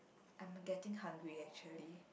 I'm getting hungry actually